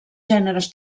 gèneres